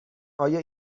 آیا